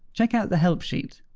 check out the help sheet.